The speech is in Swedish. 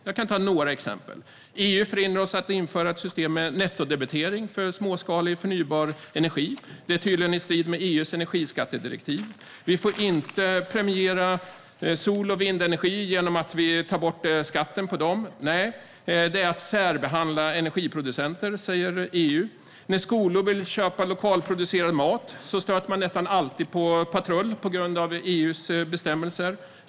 Jag kan ta några exempel: EU förhindrar oss att införa ett system med nettodebitering för småskalig förnybar energi. Det är tydligen i strid med EU:s energiskattedirektiv. Vi får inte premiera sol och vindenergi genom att ta bort skatten på det. Nej, det är att särbehandla energiproducenter, säger EU. När skolor vill köpa lokalproducerad mat stöter de nästan alltid på patrull på grund av EU:s bestämmelser.